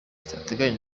zitateguwe